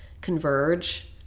converge